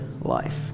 life